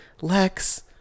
lex